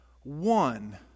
One